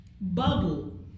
bubble